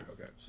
okay